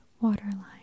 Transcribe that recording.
waterline